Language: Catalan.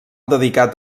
dedicat